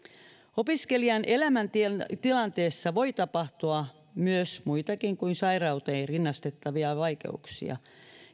opiskelijan elämäntilanteessa voi tapahtua muitakin kuin sairauteen rinnastettavia vaikeuksia